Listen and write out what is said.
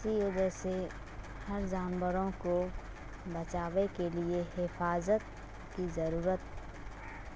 اسی وجہ سے ہر جانوروں کو بچاوے کے لیے حفاظت کی ضرورت